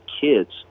kids